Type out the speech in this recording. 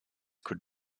could